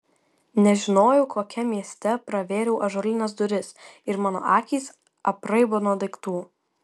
nežinojau kokiam mieste pravėriau ąžuolines duris ir mano akys apraibo nuo daiktų